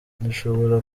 rushobora